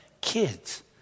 kids